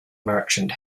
merchant